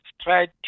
tried